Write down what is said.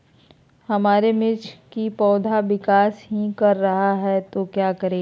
हमारे मिर्च कि पौधा विकास ही कर रहा है तो क्या करे?